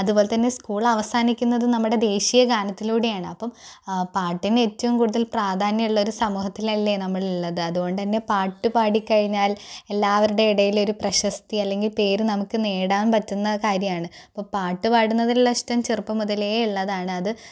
അതുപോലെതന്നെ സ്കൂൾ അവസാനിക്കുന്നതും നമ്മുടെ ദേശീയ ഗാനത്തിലൂടെയാണ് അപ്പം പാട്ടിന് ഏറ്റവും കൂടുതൽ പ്രാധാന്യമുള്ള ഒരു സമൂഹത്തിലല്ലേ നമ്മൾ ഉള്ളത് അതുകൊണ്ടുതന്നെ പാട്ട് പാടിക്കഴിഞ്ഞാൽ എല്ലാവരുടെ ഇടയിൽ ഒരു പ്രശസ്തി അല്ലെങ്കിൽ പേര് നമുക്ക് നേടാൻ പറ്റുന്ന കാര്യമാണ് അപ്പം പാട്ടുപാടുന്നതിലുള്ള ഇഷ്ടം ചെറുപ്പം മുതലേ ഉള്ളതാണ് അത്